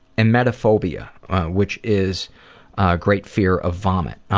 emetophobia which is a great fear of vomit.